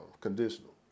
conditional